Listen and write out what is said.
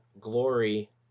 glory